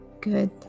Good